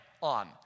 on